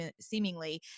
seemingly